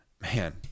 man